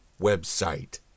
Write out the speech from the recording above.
website